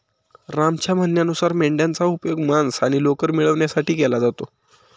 रामच्या म्हणण्यानुसार मेंढयांचा उपयोग मांस आणि लोकर मिळवण्यासाठी केला जातो